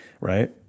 right